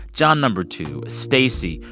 john number two, stacy,